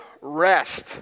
rest